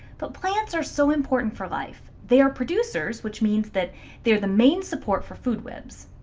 but plants are so important for life they are producers which means that they are the main support for food webs.